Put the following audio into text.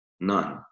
none